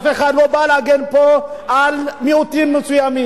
אף אחד לא בא להגן פה על מיעוטים מסוימים,